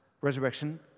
resurrection